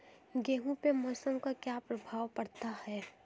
गेहूँ पे मौसम का क्या प्रभाव पड़ता है?